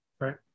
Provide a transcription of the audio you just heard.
Right